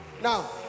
Now